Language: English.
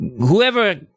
whoever